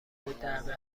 الدعوه